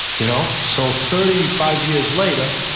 you know so thirty five years later,